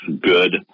good